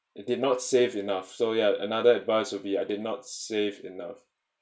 I did not save enough so ya another advice would be I did not save enough